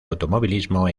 automovilismo